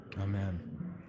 Amen